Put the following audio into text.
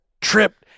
tripped